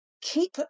keep